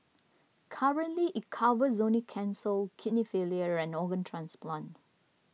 currently it covers only cancel kidney failure and organ transplant